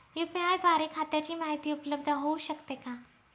UPI द्वारे खात्याची माहिती उपलब्ध होऊ शकते का?